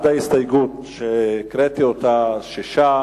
ההסתייגות של קבוצת סיעת